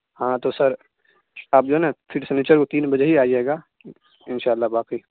ہاں تو سر آپ جو ہے نا پھر سنیچر کو تین بجے ہی آئیے گا ان شاء اللہ باقی